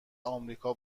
آمریکا